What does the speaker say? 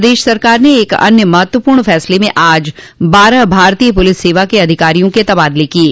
प्रदेश सरकार ने एक अन्य महत्वपूर्ण फैसले में आज बारह भारतीय पुलिस सेवा के अधिकारियों के तबादले कर दिये